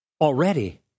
already